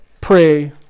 pray